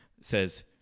says